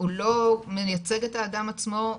הוא לא מייצג את האדם עצמו,